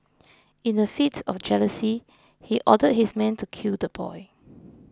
in a fit of jealousy he ordered his men to kill the boy